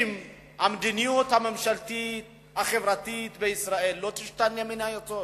אם המדיניות הממשלתית החברתית בישראל לא תשתנה מהיסוד